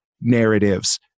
narratives